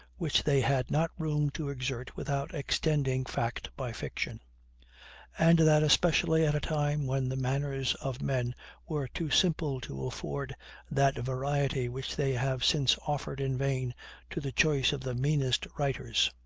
which they had not room to exert without extending fact by fiction and that especially at a time when the manners of men were too simple to afford that variety which they have since offered in vain to the choice of the meanest writers.